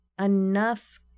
enough